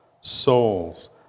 Souls